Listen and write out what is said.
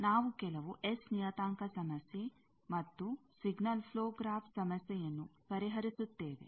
ನಾವು ಕೆಲವು ಎಸ್ ನಿಯತಾಂಕ ಸಮಸ್ಯೆ ಮತ್ತು ಸಿಗ್ನಲ್ ಪ್ಲೋ ಗ್ರಾಫ್ ಸಮಸ್ಯೆಯನ್ನು ಪರಿಹರಿಸುತ್ತೇವೆ